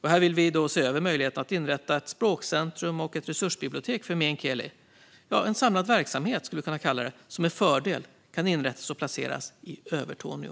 Här vill vi se över möjligheterna att inrätta ett språkcentrum och resursbibliotek för meänkieli - en samlad verksamhet som med fördel kan placeras i Övertorneå.